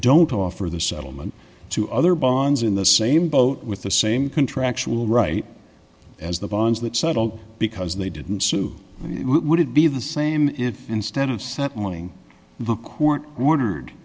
don't offer the settlement to other bonds in the same boat with the same contractual right as the bonds that settled because they didn't sue would it be the same if instead of settling the court ordered